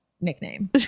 nickname